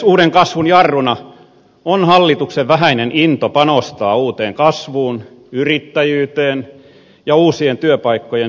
uuden kasvun jarruna on hallituksen vähäinen into panostaa uuteen kasvuun yrittäjyyteen ja uusien työpaikkojen syntymiseen